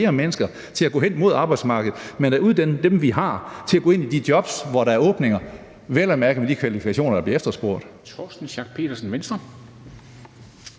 mennesker til at gå hen mod arbejdsmarkedet, men at uddanne dem, vi har, til at gå ind i de jobs, hvor der er åbninger – vel at mærke med de kvalifikationer, der bliver efterspurgt.